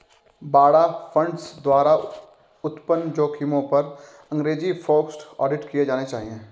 बाड़ा फंड्स द्वारा उत्पन्न जोखिमों पर अंग्रेजी फोकस्ड ऑडिट किए जाने चाहिए